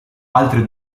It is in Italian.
altre